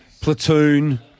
Platoon